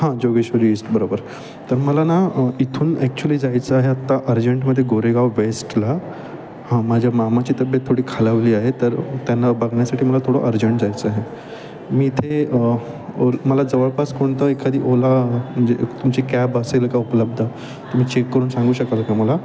हां जोगेश्वरी ईस्ट बरोबर तर मला ना इथून ॲक्च्युली जायचं आहे आत्ता अर्जंटमध्ये गोरेगाव वेस्टला हां माझ्या मामाची तब्येत थोडी खालावली आहे तर त्यांना बघण्यासाठी मला थोडं अर्जंट जायचं आहे मी इथे ओर मला जवळपास कोणतं एखादी ओला म्हणजे तुमची कॅब असेल का उपलब्ध तुम्ही चेक करून सांगू शकाल का मला